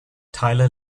tyler